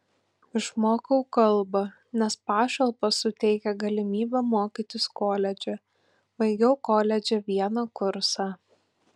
išmokau kalbą nes pašalpos suteikia galimybę mokytis koledže baigiau koledže vieną kursą